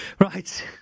right